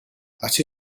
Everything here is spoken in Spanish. así